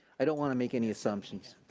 i don't wanna make any assumptions.